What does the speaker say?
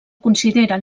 considera